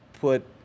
put